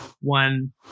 one